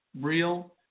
real